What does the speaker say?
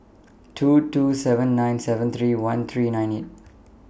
two two seven nine seven three one three nine eight